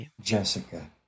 Jessica